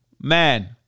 man